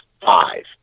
five